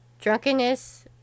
Drunkenness